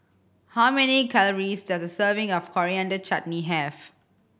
how many calories does a serving of Coriander Chutney have